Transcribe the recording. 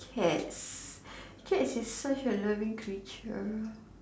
cats cats is such a loving creature